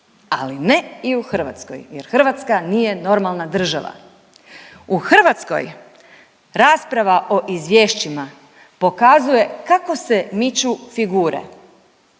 ali ne i u Hrvatskoj jer Hrvatska nije normalna država. U Hrvatskoj rasprava o izvješćima pokazuje kako se miču figure.